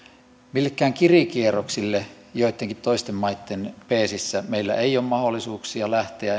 millekään kirikierroksille joittenkin toisten maitten peesissä meillä ei ole mahdollisuuksia lähteä